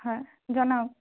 হয় জনাওক